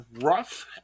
rough